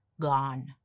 gone